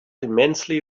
immensely